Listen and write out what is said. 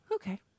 Okay